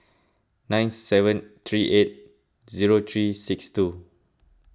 nine seven three eight zero three six two